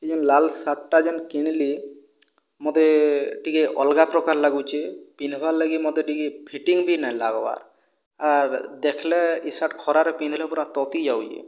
ଏ ଯେଉଁ ଲାଲ୍ ସାର୍ଟଟା ଯେଉଁ କିଣିଲି ମୋତେ ଟିକିଏ ଅଲଗା ପ୍ରକାର ଲାଗୁଛି ପିନ୍ଧିବାର ଲାଗି ମୋତେ ଟିକିଏ ଫିଟିଂ ବି ନାହିଁ ଲାଗିବାର ଆର୍ ଦେଖିଲେ ଏହି ସାର୍ଟ ଖରାରେ ପିନ୍ଧିଲେ ପୁରା ତାତିଯାଉଛି